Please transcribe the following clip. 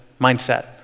mindset